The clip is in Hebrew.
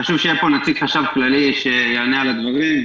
חשוב שיהיה פה נציג החשב הכללי שיענה על הדברים,